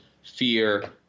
fear